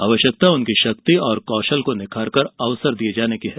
आवश्यकता उनकी शक्ति और कौशल को निखारकर अवसर देने की है